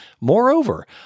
Moreover